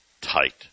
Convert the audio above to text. tight